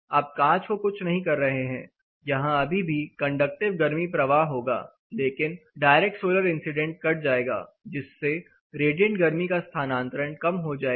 आप कांच को कुछ नहीं कर रहे हैं यहां अभी भी कंडक्टिव गर्मी प्रवाह होगा लेकिन डायरेक्ट सोलर इंसीडेंट कट जाएगा जिससे रेडिएंट गर्मी का स्थानांतरण कम हो जाएगा